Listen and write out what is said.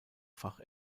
fach